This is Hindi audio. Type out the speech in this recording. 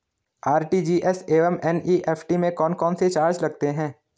आर.टी.जी.एस एवं एन.ई.एफ.टी में कौन कौनसे चार्ज लगते हैं?